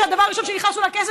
הדבר הראשון כשנכנסו לכנסת,